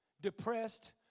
depressed